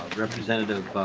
representative